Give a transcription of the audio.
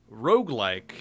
roguelike